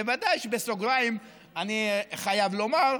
בוודאי שבסוגריים אני חייב לומר,